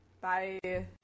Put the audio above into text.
bye